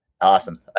Awesome